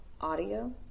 audio